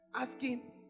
asking